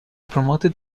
promoted